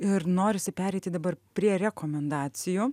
ir norisi pereiti dabar prie rekomendacijų